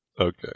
Okay